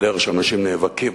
בדרך שאנשים נאבקים,